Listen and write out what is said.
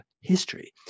history